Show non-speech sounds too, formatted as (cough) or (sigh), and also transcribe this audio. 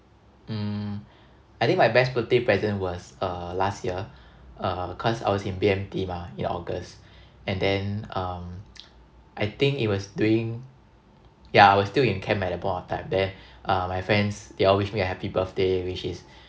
mm I think my best birthday present was uh last year uh cause I was in B_M_T mah in august and then um (noise) I think it was during yeah I was still in camp at that point of time there uh my friends they all wished me a happy birthday which is